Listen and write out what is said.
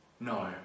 No